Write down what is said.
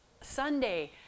Sunday